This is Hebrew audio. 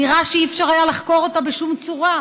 זירה שלא היה אפשר לחקור אותה בשום צורה,